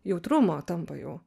jautrumo tampa jau